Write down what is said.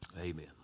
amen